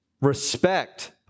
Respect